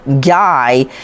guy